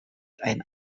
ein